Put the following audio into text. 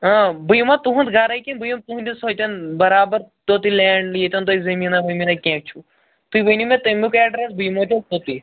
ٲں بہٕ یِما تُہنٛد گَھرٔے کِنہٕ بہٕ یِم تُہنٛدِس ہوٚتیٚن برابر توٚتُے لینٛڈلی ییٚتیٚن تۄہہِ زٔمیٖنا ومیٖنا کیٚنٛہہ چھُو تُہۍ ؤنِو مےٚ تَمیٛک ایٚڈرَس بہٕ یِمو تیٚلہِ توٚتُے